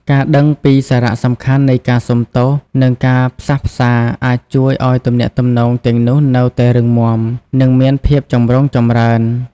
ការដឹងពីសារៈសំខាន់នៃការសុំទោស និងការផ្សះផ្សា អាចជួយឱ្យទំនាក់ទំនងទាំងនោះនៅតែរឹងមាំ និងមានភាពចម្រុងចម្រើន។